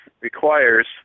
requires